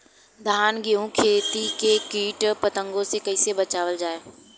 धान गेहूँक खेती के कीट पतंगों से कइसे बचावल जाए?